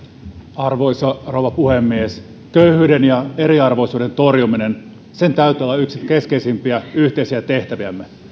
arvoisa rouva puhemies köyhyyden ja eriarvoisuuden torjumisen täytyy olla yksi keskeisimpiä yhteisiä tehtäviämme